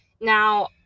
Now